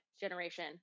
generation